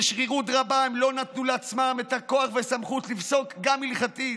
בשרירות רבה הם נתנו לעצמם את הכוח והסמכות לפסוק גם הלכתית.